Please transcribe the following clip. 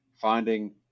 finding